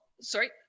sorry